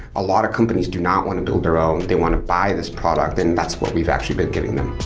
a lot of companies do not want to build their own. they want to buy this product and that's what we've actually been giving them